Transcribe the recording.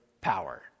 power